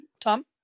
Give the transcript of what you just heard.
Tom